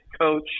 coach